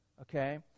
Okay